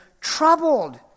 troubled